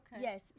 Yes